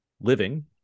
Living